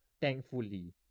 Thankfully